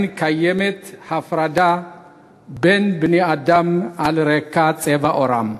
קיימת הפרדה בין בני-אדם על רקע צבע עורם.